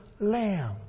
lamb